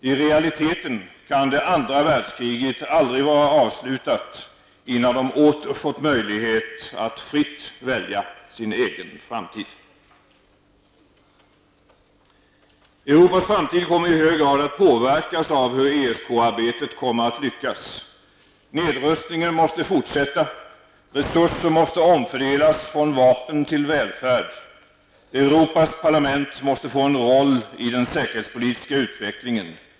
I realiteten kan det andra världskriget aldrig vara avslutat innan de åter fått möjlighet att fritt välja sin egen framtid. Europas framtid kommer i hög grad att påverkas av hur ESK-arbetet kommer att lyckas. Nedrustningen måste fortsätta. Resurser måste omfördelas från vapen till välfärd. Europas parlament måste få en roll i den säkerhetspolitiska utvecklingen.